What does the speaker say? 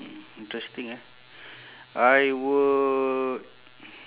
interesting ah I would